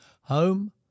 Home